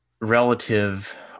relative